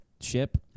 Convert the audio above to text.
ship